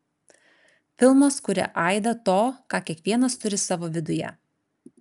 filmas kuria aidą to ką kiekvienas turi savo viduje